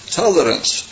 tolerance